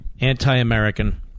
anti-American